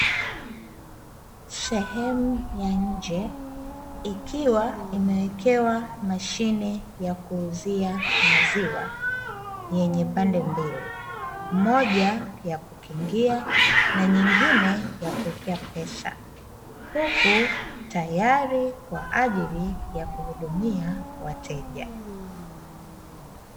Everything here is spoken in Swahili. Sehemu ya nje ikiwa imewekewa mashine ya kuuzia maziwa, yenye pande mbili, moja ya kukingia na nyingine ya kuwekea pesa, huku tayari kwa ajili ya kuhudumia wateja.